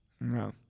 No